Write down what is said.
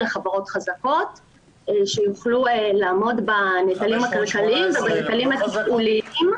אלה חברות חזקות שיוכלו לעמוד בנטלים הכלכליים ובנטלים התפעוליים.